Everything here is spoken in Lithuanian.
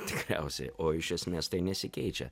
tikriausiai o iš esmės tai nesikeičia